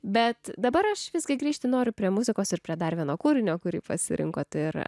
bet dabar aš visgi grįžti noriu prie muzikos ir prie darvino kūrinio kurį pasirinkote ir